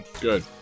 Good